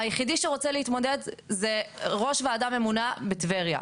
היחיד שרוצה להתמודד זה ראש ועדה ממונה בטבריה.